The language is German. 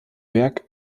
werk